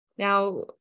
Now